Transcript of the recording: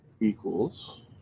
equals